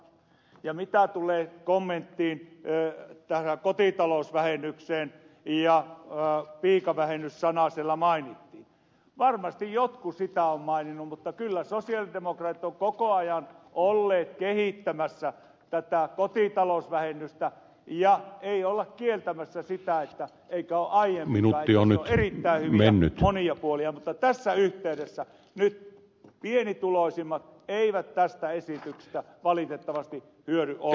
ja mitä tulee kommenttiin tästä kotitalousvähennyksestä piikavähennys sana siellä mainittiin varmasti jotkut siitä ovat maininneet mutta kyllä sosialidemokraatit ovat koko ajan olleet kehittämässä tätä kotitalousvähennystä emmekä ole väittämässä sitä yhtä aikaa ja minulla jo ettei olisi monia erittäin hyviä puolia mutta tässä yhteydessä nyt pienituloisimmat eivät tästä esityksestä valitettavasti hyödy ollenkaan